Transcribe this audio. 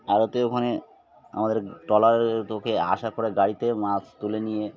আরতে ওখানে আমাদের ট্রলার আসার পরে গাড়িতে মাছ তুলে নিয়ে